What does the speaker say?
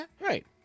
Right